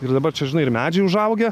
ir dabar čia žinai ir medžiai užaugę